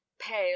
pale